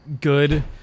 good